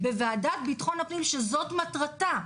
בוועדה לביטחון הפנים, שזאת מטרתה,